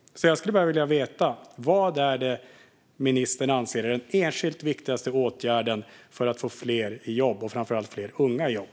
Jag skulle bara vilja veta: Vad anser ministern är den enskilt viktigaste åtgärden för att få fler i jobb och framför allt fler unga i jobb?